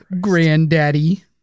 Granddaddy